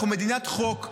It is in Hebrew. אנחנו מדינת חוק,